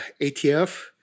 ATF